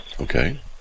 Okay